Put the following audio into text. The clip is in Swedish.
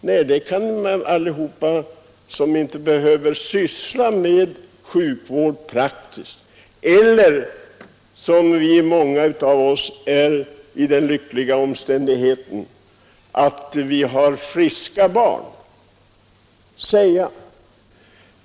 Nej, det kan allihop säga som inte praktiskt behöver syssla med sjukvård eller som — vilket gäller många av oss — är i den lyckliga omständigheten att vi har friska barn.